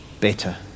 better